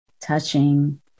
touching